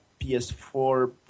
PS4